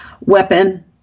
weapon